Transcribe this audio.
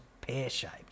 pear-shaped